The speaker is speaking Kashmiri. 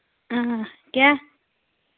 آ کیاہ